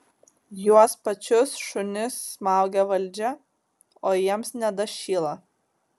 juos pačius šunis smaugia valdžia o jiems nedašyla